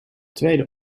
tweede